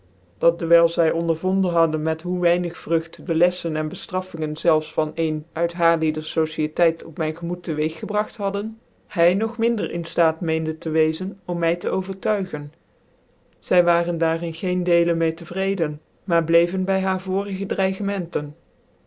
dat dewijl zy ondervonden hadden met hoe weinig vrugt de leflfen en beftraflingen zelfs van een uit hnrlicder sociëteit op mijn gemoed te weeg gebragt hadden hy nog min ier in ftaat meende te weezen om my te overtuigen zv waaren daar in geencn doelen m de te vrceden miar blecven by haar vorige